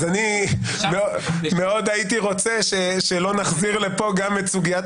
אז מאוד הייתי רוצה שלא נחזיר לפה גם את סוגיית